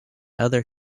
other